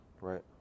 right